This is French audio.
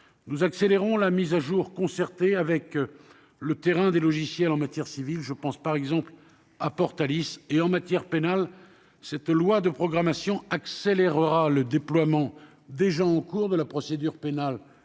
Nous accélérons la mise à jour, concertée avec le terrain, des logiciels en matière civile ; je pense par exemple à Portalis. En matière pénale, ce projet de loi de programmation prévoit le déploiement, déjà engagé, de la procédure pénale